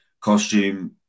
costume